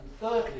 thirdly